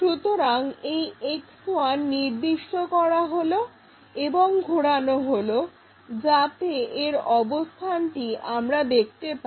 সুতরাং এই X1 নির্দিষ্ট করা হলো এবং ঘোরানো হলো যাতে এর অবস্থানটি আমরা দেখতে পাই